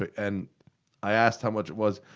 and i asked how much it was.